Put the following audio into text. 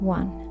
one